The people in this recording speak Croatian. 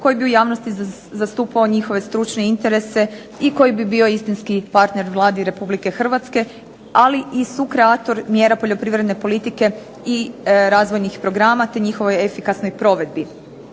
koji bi u javnosti zastupao njihove stručne interese i koji bi bio istinski partner Vladi Republike Hrvatske ali i sukreator mjera poljoprivredne politike i razvojnih programa te njihovoj efikasnoj provedbi.